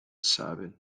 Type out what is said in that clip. sabin